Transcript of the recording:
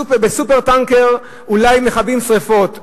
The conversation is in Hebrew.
ב"סופר-טנקר" אולי מכבים שרפות,